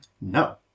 No